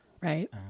Right